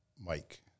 Mike